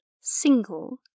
single